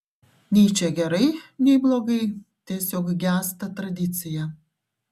nei čia gerai nei blogai tiesiog gęsta tradicija